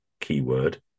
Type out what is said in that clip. Keyword